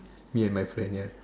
me and my friend ya